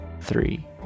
three